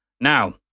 Now